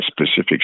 specific